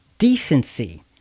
decency